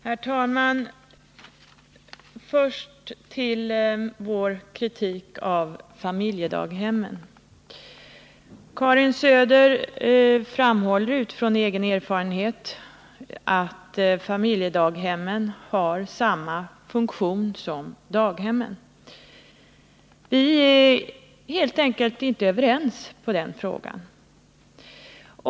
Herr talman! Först något om vår kritik av familjedaghemmen. Karin Söder framhåller utifrån egen erfarenhet att familjedaghemmen fyller samma funktion som daghemmen. Vi är helt enkelt inte överens på den punkten.